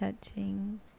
touching